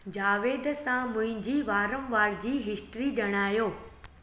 जावेद सां मुंहिंजी वारम वार जी हिस्ट्री ॼाणायो